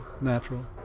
natural